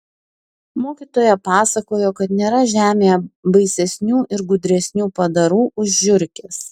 mokytoja pasakojo kad nėra žemėje baisesnių ir gudresnių padarų už žiurkes